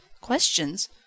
Questions